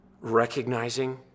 recognizing